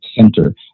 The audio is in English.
center